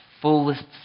fullest